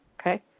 okay